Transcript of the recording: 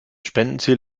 spendenziel